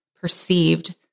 perceived